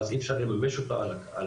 ואז אי אפשר לממש אותה על הקרקע.